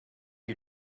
you